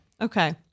Okay